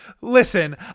listen